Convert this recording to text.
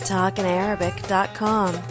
TalkinArabic.com